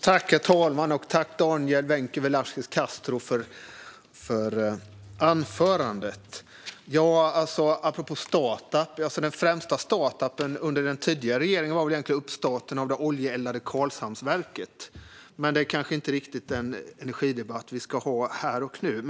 Herr talman! Apropå startups var väl den främsta startuppen under den tidigare regeringen uppstarten av det oljeeldade Karlshamnsverket. Men det är kanske inte riktigt en energidebatt som vi ska ha här och nu.